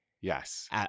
Yes